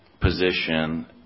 position